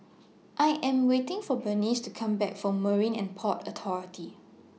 I Am waiting For Berniece to Come Back from Marine and Port Authority